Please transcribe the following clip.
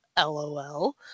LOL